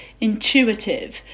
intuitive